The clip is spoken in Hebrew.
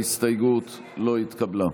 ההסתייגות לא התקבלה.